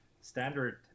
standard